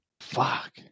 Fuck